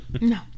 No